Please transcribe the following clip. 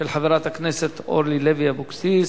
של חברת הכנסת אורלי לוי אבקסיס.